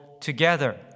together